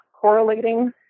correlating